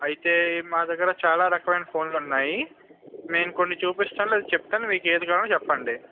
అయితే మా దగ్గర చాలా రకమైన ఫోన్లు ఉన్నాయి నేను కొన్ని చూపిస్తాను లేదా చెప్తాను మీకు ఏది కావాలో చెప్పండి